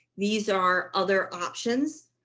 these are other options.